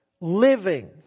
living